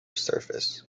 surface